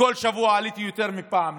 וכל שבוע עליתי יותר מפעם אחת,